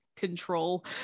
Control